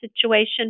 situation